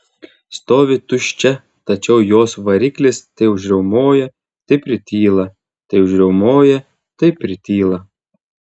stovi tuščia tačiau jos variklis tai užriaumoja tai prityla tai užriaumoja tai prityla